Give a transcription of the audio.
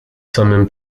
samym